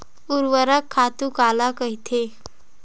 ऊर्वरक खातु काला कहिथे?